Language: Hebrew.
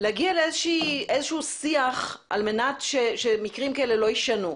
להגיע לאיזשהו שיח על מנת שמקרים כאלה לא יישנו.